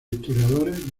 historiadores